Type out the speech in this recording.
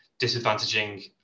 disadvantaging